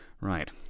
Right